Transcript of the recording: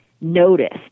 noticed